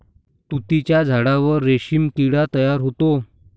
तुतीच्या झाडावर रेशीम किडा तयार होतो